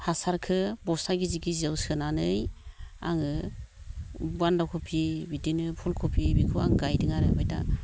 हासारखो बस्था गिजि गिजिआव सोनानै आङो बान्दा खफि बिदिनो फुल खफि बिखौ आं गायदों आरो ओमफ्राय दा